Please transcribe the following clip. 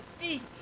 see